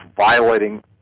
violating